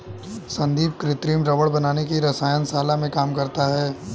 संदीप कृत्रिम रबड़ बनाने की रसायन शाला में काम करता है